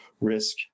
risk